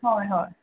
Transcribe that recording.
हय हय